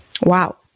Wow